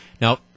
Now